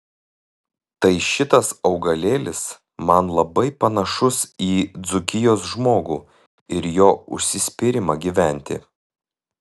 tai šitas augalėlis man labai panašus į dzūkijos žmogų ir jo užsispyrimą gyventi